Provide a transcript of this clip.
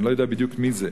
אני לא יודע בדיוק מי זה,